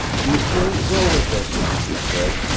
you can't go with us, he said.